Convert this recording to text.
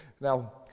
Now